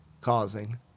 causing